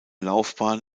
laufbahn